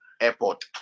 airport